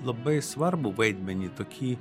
labai svarbų vaidmenį tokį